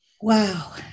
Wow